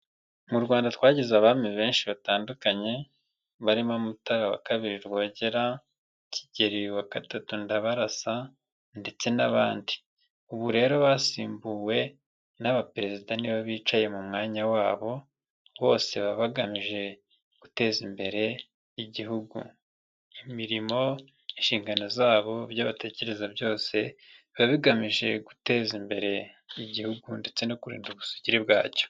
Mu Rwanda twagize abami benshi batandukanye barimo Mutara wa kabiri Rwogera, Kigeli wa gatatu Ndabarasa ndetse n'abandi ubu rero basimbuwe n'abaperezida nibo bicaye mu mwanya wabo bose baba bagamije guteza imbere igihugu imirimo inshingano zabo ibyo batekereza byose biba bigamije guteza imbere igihugu ndetse no kurinda ubusugire bwacyo.